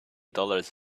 dollars